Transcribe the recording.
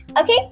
Okay